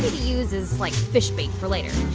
use as, like, fish bait for later.